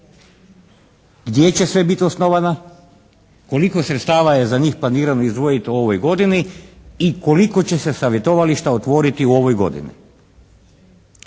gdje će sve biti osnovana? Koliko sredstava je za njih planirano izdvojiti u ovoj godini i koliko će se savjetovališta otvoriti u ovoj godini?